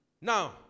Now